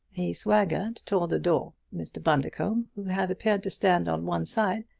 he swaggered toward the door. mr. bundercombe, who had appeared to stand on one side,